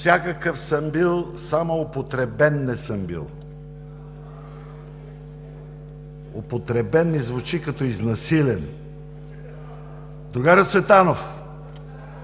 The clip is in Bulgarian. Всякакъв съм бил, само „употребен“ не съм бил. „Употребен“ ми звучи като „изнасилен“. Другарю Цветанов,